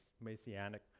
messianic